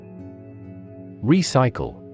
Recycle